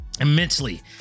immensely